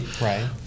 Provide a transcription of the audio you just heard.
Right